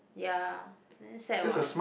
ya then sad what